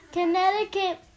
Connecticut